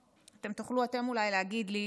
אתם אולי תוכלו להגיד לי